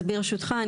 אז ברשותך.